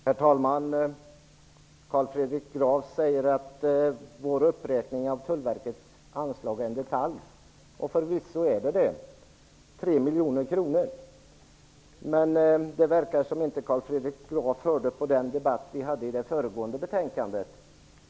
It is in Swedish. Herr talman! Carl Fredrik Graf säger att vår uppräkning av Tullverkets anslag är en detalj, och förvisso är det så, 3 miljoner kronor. Men det verkar som om Carl Fredrik Graf inte hörde på den debatt som vi hade om det föregående betänkandet.